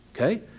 Okay